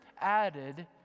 added